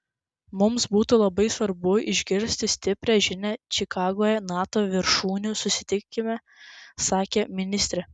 mums būtų labai svarbu išgirsti stiprią žinią čikagoje nato viršūnių susitikime sakė ministrė